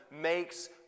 makes